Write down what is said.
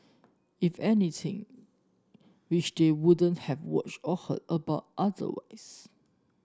if anything which they wouldn't have watched or heard about otherwise